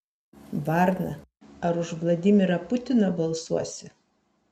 varna ar už vladimirą putiną balsuosi